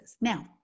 Now